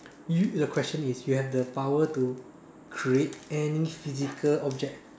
you the question is you have the power to create any physical object